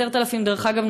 דרך אגב,